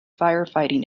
firefighting